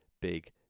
big